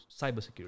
cybersecurity